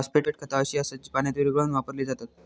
phosphate खता अशी असत जी पाण्यात विरघळवून वापरली जातत